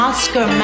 Oscar